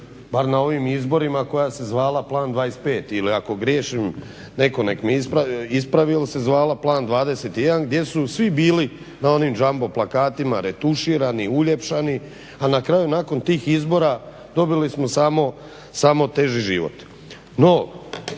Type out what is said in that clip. bar na ovim izborima, koja se zvala Plan 21 ili ako griješim netko nek me ispravi ili se zvala Plan 21 gdje su svi bili na onim jumbo plakatima retuširani, uljepšani, a na kraju nakon tih izbora dobili smo samo teži život.